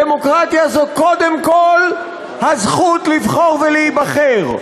דמוקרטיה זה קודם כול הזכות לבחור ולהיבחר.